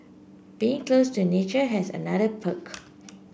being close to a nature has another perk